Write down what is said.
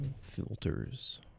filters